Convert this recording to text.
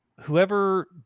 whoever